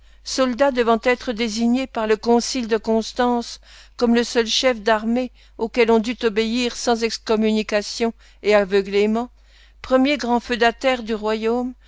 soldat devant être désigné par le concile de constance comme le seul chef d'armées auquel on dût obéir sans excommunication et aveuglément premier grand feudataire du royaume